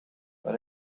but